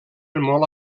molt